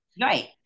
Right